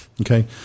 Okay